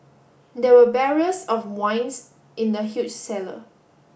there were barriers of wines in the huge cellar